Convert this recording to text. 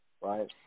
Right